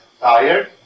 tired